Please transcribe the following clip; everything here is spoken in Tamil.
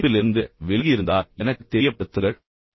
நீங்கள் படிப்பிலிருந்து விலகியிருந்தால் எனக்குத் தெரியப்படுத்துங்கள்